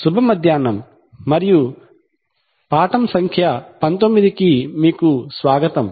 శుభ మధ్యాహ్నం 19వ పాఠం కి మీకు స్వాగతం